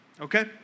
Okay